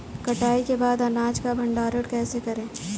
कटाई के बाद अनाज का भंडारण कैसे करें?